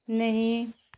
नहीं